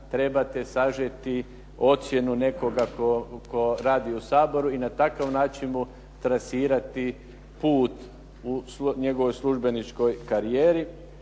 trebate sažeti ocjenu nekoga tko radi u Saboru i na takav način mu trasirati put u njegovoj službeničkoj karijeri.